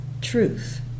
truth